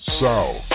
South